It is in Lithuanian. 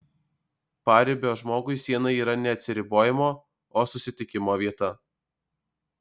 paribio žmogui siena yra ne atsiribojimo o susitikimo vieta